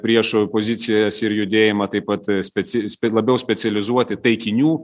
priešo pozicijas ir judėjimą taip pat speci spec labiau specializuoti taikinių